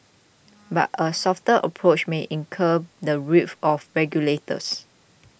but a softer approach may incur the wrath of regulators